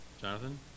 Jonathan